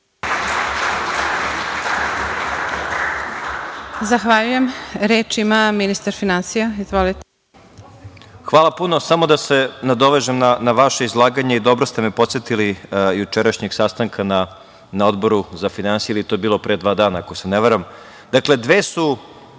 Zahvaljujem. Reč ima ministar finansija. **Siniša Mali** Hvala puno. Samo da se nadovežem na vaše izlaganje i dobro ste me podsetili jučerašnjeg sastanka na Odboru za finansije ili je to bilo pre dva dana, ako se ne varam. Dakle,